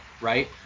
right